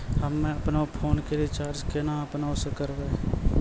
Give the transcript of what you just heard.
हम्मे आपनौ फोन के रीचार्ज केना आपनौ से करवै?